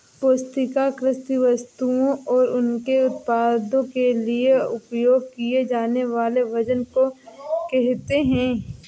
पुस्तिका कृषि वस्तुओं और उनके उत्पादों के लिए उपयोग किए जानेवाले वजन को कहेते है